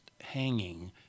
hanging